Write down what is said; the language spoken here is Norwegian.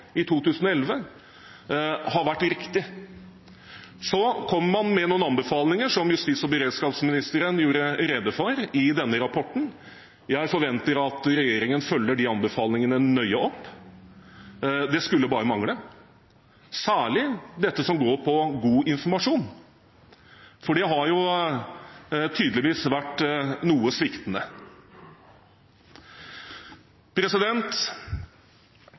i 2011, har vært riktig. I denne rapporten kom man med noen anbefalinger, som justis- og beredskapsministeren gjorde rede for. Jeg forventer at regjeringen nøye følger opp de anbefalingene – det skulle bare mangle – særlig dette som går på god informasjon, for den har tydeligvis vært noe sviktende.